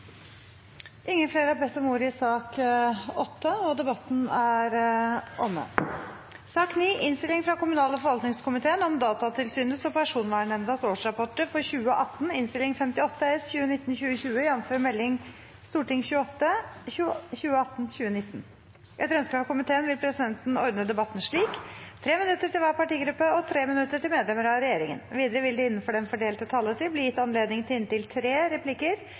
Flere har ikke bedt om ordet til sak nr. 8. Etter ønske fra kommunal- og forvaltningskomiteen vil presidenten ordne debatten slik: 3 minutter til hver partigruppe og 3 minutter til medlemmer av regjeringen. Videre vil det – innenfor den fordelte taletid – bli gitt anledning til inntil tre replikker med svar etter innlegg fra medlemmer av regjeringen, og de som måtte tegne seg på talerlisten utover den fordelte taletid, får en taletid på inntil